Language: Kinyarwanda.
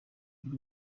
by’u